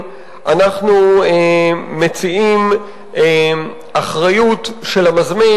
שלא חייבים לקנות ספרים במאות שקלים,